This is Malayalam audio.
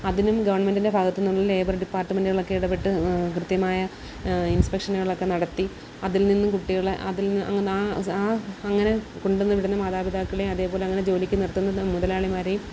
അതിനും ഗെവണ്മെറ്റിൻ്റെ ഭാഗത്ത് നിന്ന് ലേബർ ഡിപ്പാട്ട്മെൻറ്റ്കളൊക്കെ ഇടപെട്ട് കൃത്യമായ ഇൻസ്പ്പക്ഷനുകളൊക്കെ നടത്തി അതിൽനിന്ന് കുട്ടികളെ അതിൽനിന്ന് അങ്ങനെ അങ്ങനെ കൊണ്ടുവന്ന് വിടുന്ന മാതാപിതാക്കളെ അതേപോലെ അങ്ങനെ ജോലിക്ക് നിർത്തുന്ന മുതലാളിമാരെയും